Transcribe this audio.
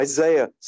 Isaiah